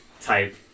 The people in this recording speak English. type